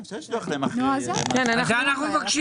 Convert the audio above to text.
אפשר לשלוח להם אחרי אז זה אנחנו מבקשים,